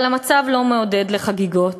אבל המצב לא מעודד לחגיגות,